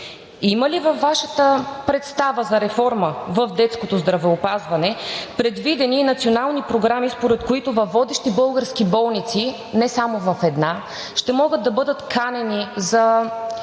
Има ли във Вашата представа за реформа в детското здравеопазване предвидени национални програми, според които във водещи български болници – не само в една, ще могат да бъдат канени, за